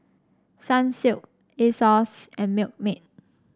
Sunsilk Asos and Milkmaid